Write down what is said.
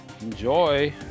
Enjoy